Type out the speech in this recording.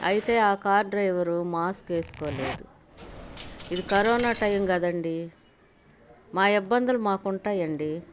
అయితే ఆ car driver mask వేసుకోలేదు ఇది కరోనా టైం కదండీ మా ఇబ్బందులు మాకు ఉంటాయండి